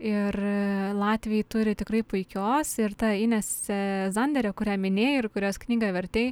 ir latviai turi tikrai puikios ir ta inesė zanderė kurią minėjai ir kurios knygą vertei